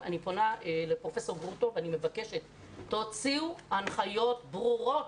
אני פונה לפרופסור גרוטו ואני מבקשת שתוציאו הנחיות ברורות.